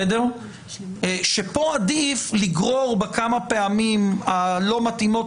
שכאן עדיף לגרור בכמה הפעמים לא מתאימות